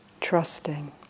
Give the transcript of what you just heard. trusting